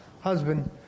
husband